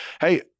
hey